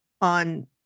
on